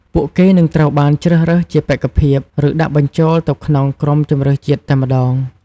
ពួកគេនឹងត្រូវបានជ្រើសរើសជាបេក្ខភាព ឬដាក់បញ្ចូលទៅក្នុងក្រុមជម្រើសជាតិតែម្ដង។